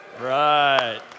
Right